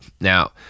Now